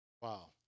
Wow